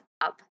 up